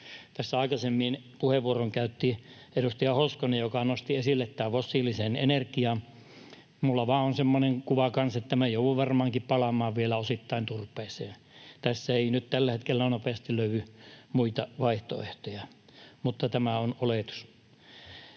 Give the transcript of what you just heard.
Tässä aikaisemmin puheenvuoron käytti edustaja Hoskonen, joka nosti esille tämän fossiilisen energian. Minulla vaan on semmoinen kuva kanssa, että minä joudun varmaankin palaamaan vielä osittain turpeeseen — tässä ei nyt tällä hetkellä nopeasti löydy muita vaihtoehtoja, mutta tämä on oletus.